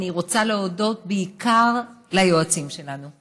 אני רוצה להודות בעיקר ליועצים שלנו.